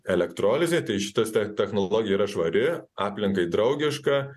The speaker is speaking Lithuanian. elektrolizė tai šitas tech technologija yra švari aplinkai draugiška